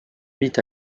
mit